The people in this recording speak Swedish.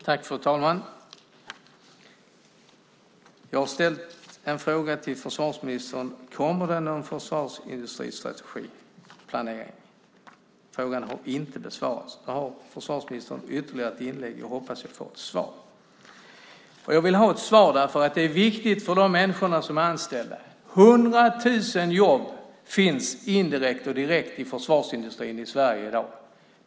Fru talman! Jag har ställt en fråga till försvarsministern: Kommer det en försvarsindustristrategi? Frågan har inte besvarats. Nu har försvarsministern ytterligare ett inlägg, och jag hoppas att jag får ett svar. Jag vill ha ett svar därför att det är viktigt för de människor som är anställda där. Det finns indirekt och direkt 100 000 jobb i försvarsindustrin i Sverige i dag.